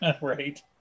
Right